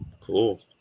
Cool